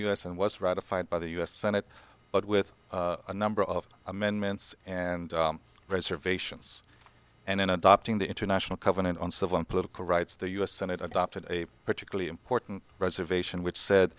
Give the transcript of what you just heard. s and was ratified by the u s senate but with a number of amendments and reservations and in adopting the international covenant on civil and political rights the u s senate adopted a particularly important reservation which said